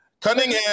Cunningham